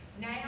now